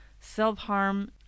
self-harm